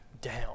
down